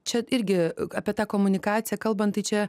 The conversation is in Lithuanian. čia irgi apie tą komunikaciją kalbant tai čia